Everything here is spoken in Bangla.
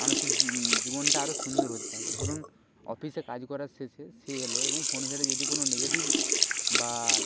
মানুষের জীবনটা আরও সুন্দর হতে থাকে ধরুন অফিসে কাজ করার শেষে সে এলো এবং ফোন ঘেঁটে যদি কোনও নেগেটিভ বা